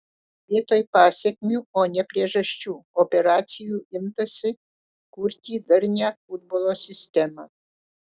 vietoj pasekmių o ne priežasčių operacijų imtasi kurti darnią futbolo sistemą